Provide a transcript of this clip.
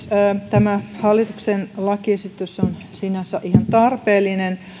tämä hallituksen lakiesitys on sinänsä ihan tarpeellinen